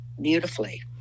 beautifully